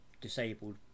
disabled